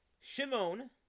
Shimon